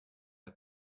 der